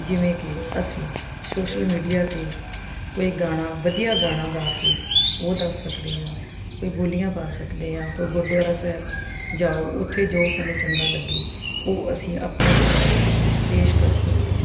ਜਿਵੇਂ ਕਿ ਅਸੀਂ ਸੋਸ਼ਲ ਮੀਡੀਆ 'ਤੇ ਕੋਈ ਗਾਣਾ ਵਧੀਆ ਗਾਣਾ ਗਾ ਕੇ ਉਹ ਦੱਸ ਸਕਦੇ ਹਾਂ ਕੋਈ ਬੋਲੀਆਂ ਪਾ ਸਕਦੇ ਹਾਂ ਕੋਈ ਗੁਰਦੁਆਰਾ ਸਾਹਿਬ ਜਾਓ ਉੱਥੇ ਜੋ ਸਾਨੂੰ ਚੰਗਾ ਲੱਗੇ ਉਹ ਅਸੀਂ ਆਪਣੇ ਵਿਚਾਰ ਪੇਸ਼ ਕਰ ਸਕਦੇ ਹਾਂ